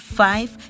five